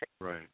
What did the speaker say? Right